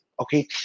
Okay